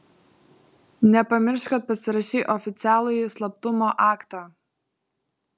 nepamiršk kad pasirašei oficialųjį slaptumo aktą